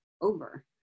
over